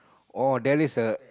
oh there is a